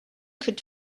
could